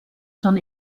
schon